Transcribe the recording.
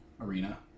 arena